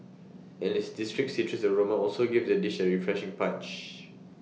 and its distinct citrus aroma also gives the dish A refreshing punch